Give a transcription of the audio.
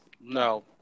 No